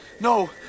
No